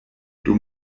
dum